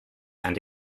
and